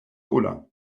ulla